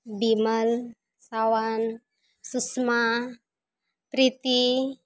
Bimal Sawan Sushma Priti